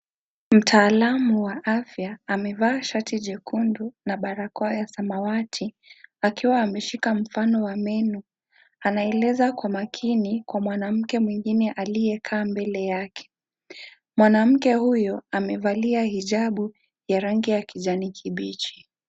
Mtaalamu wa afya amevaa shati jekundu na barakoa ya samawati akiwa ameshika mfano wa meno, anaeleza kwa makini kwa mwanamke mwingine aliyekaa mbele yake, mwanamke huyo amevalia hijabu ya rangi ya kijani kibichi.